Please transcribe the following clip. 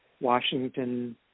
Washington